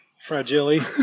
Fragile